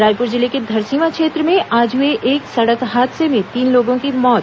रायपुर जिले के धरसींवा क्षेत्र में आज हुए एक सड़क हादसे में तीन लोगों की मौत